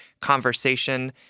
conversation